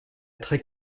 très